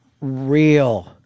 real